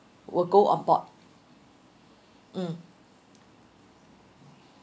we'll go on board mm